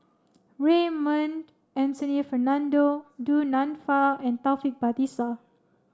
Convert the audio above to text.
Raymond Anthony Fernando Du Nanfa and Taufik Batisah